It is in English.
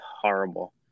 horrible